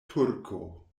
turko